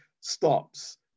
stops